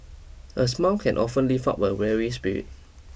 a smile can often lift up a weary spirit